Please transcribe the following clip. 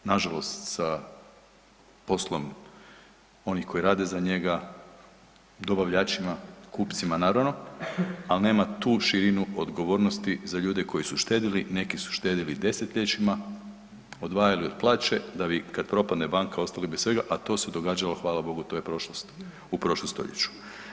Nažalost sa poslom onih koji rade za njega, dobavljačima, kupcima, naravno, ali nema tu širinu odgovornosti za ljude koji su štedili, neki su štedili desetljećima, odvajali od plaće, da bi, kad propadne banka ostali bez svega, a to se događalo, hvala Bogu, to je prošlost, u prošlom stoljeću.